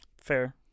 Fair